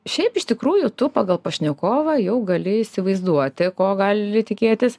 šiaip iš tikrųjų tu pagal pašnekovą jau gali įsivaizduoti ko gali tikėtis